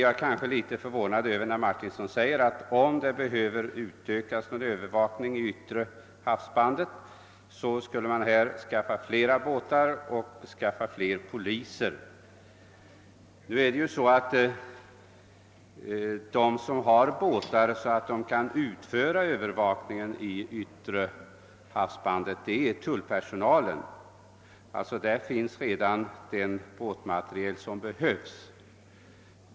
Jag är litet förvånad över att herr Martinsson säger att om övervakningen i den yttre skärgården behöver utökas, så skulle man skaffa fler båtar och fler poliser. Men de som har båtar så att de kan utföra övervakningen i yttre havsbandet är ju tulltjänstemännen — där finns redan den båtmateriel som behövs.